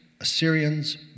Assyrians